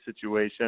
situation